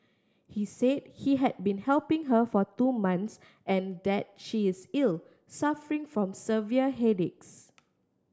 he said he had been helping her for two months and that she is ill suffering from severe headaches